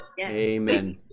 Amen